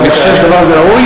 אני חושב שהדבר הזה ראוי,